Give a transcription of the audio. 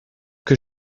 que